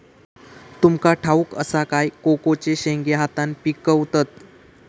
तुमका ठाउक असा काय कोकोचे शेंगे हातान पिकवतत